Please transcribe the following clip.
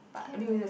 can right